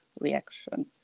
reaction